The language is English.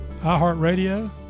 iHeartRadio